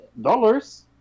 Dollars